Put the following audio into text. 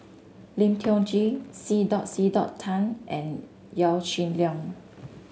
Lim Tiong Ghee C dot C dot Tan and Yaw Shin Leong